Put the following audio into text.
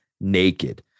naked